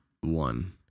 one